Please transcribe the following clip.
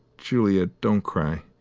juliet, don't cry.